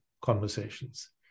conversations